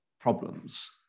problems